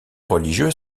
religieux